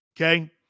okay